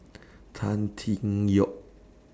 Tan Tee Yoke